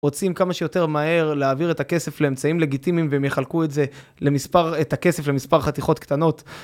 רוצים כמה שיותר מהר להעביר את הכסף לאמצעים לגיטימיים והם יחלקו את הכסף למספר חתיכות קטנות.